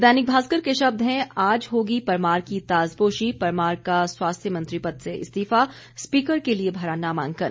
दैनिक भास्कर के शब्द हैं आज होगी परमार की ताजपोशी परमार का स्वास्थ्य मंत्री पद से इस्तीफा स्पीकर के लिए भरा नामांकन